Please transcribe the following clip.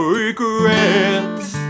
regrets